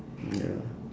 ya